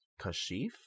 kashif